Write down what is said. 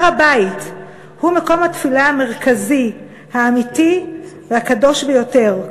הר-הבית הוא מקום התפילה המרכזי האמיתי והקדוש ביותר.